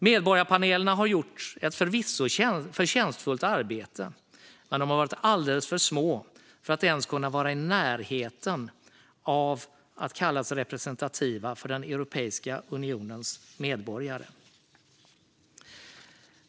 Medborgarpanelerna har förvisso gjort ett förtjänstfullt arbete, men de har varit alldeles för små för att ens kunna vara i närheten av att kallas representativa för Europeiska unionens medborgare.